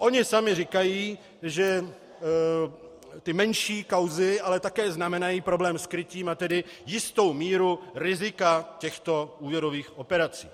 Oni sami říkají, že ty menší kauzy ale také znamenají problém s krytím, a tedy jistou míru rizika těchto úvěrových operací.